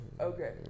Okay